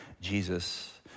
Jesus